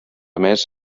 emès